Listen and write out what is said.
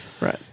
Right